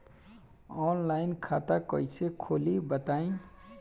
Online खाता कइसे खोली बताई?